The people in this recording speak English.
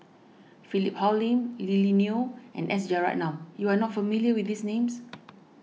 Philip Hoalim Lily Neo and S Rajaratnam you are not familiar with these names